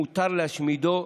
מותר להשמידו,